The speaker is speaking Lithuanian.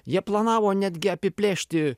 jie planavo netgi apiplėšti